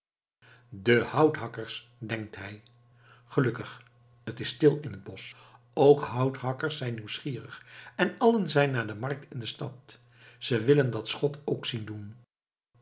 de houthakkers denkt hij gelukkig het is stil in het bosch ook houthakkers zijn nieuwsgierig en allen zijn naar de markt in de stad ze willen dat schot ook zien doen